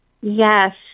Yes